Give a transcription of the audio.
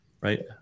right